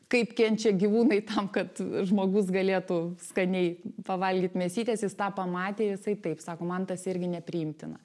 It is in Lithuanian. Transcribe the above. kaip kenčia gyvūnai tam kad žmogus galėtų skaniai pavalgyt mėsytės jis tą pamatė jisai taip sako man tas irgi nepriimtina